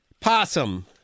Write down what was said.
Possum